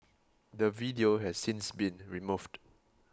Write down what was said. the video has since been removed